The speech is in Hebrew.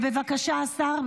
בבקשה, השר.